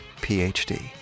PhD